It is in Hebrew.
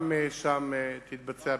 גם שם תתבצע פעילות.